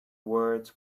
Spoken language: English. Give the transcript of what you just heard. words